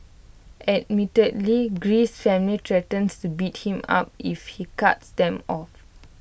admittedly Greece's family threatens to beat him up if he cuts them off